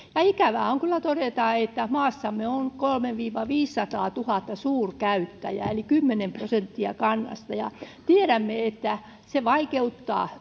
ikävää on kyllä todeta että maassamme on kolmesataatuhatta viiva viisisataatuhatta suurkäyttäjää eli kymmenen prosenttia kansasta tiedämme että se vaikeuttaa